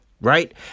Right